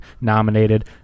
nominated